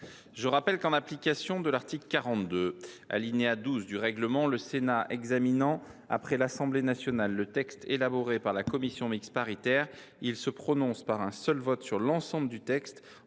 Je rappelle que, en application de l’article 42, alinéa 12, du règlement, le Sénat examinant après l’Assemblée nationale le texte élaboré par la commission mixte paritaire, il se prononce par un seul vote sur l’ensemble du texte,